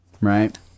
Right